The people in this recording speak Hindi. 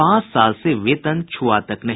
पांच साल से वेतन छुआ तक नहीं